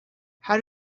her